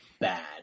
bad